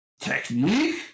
Technique